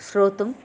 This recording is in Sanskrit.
श्रोतुं